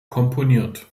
komponiert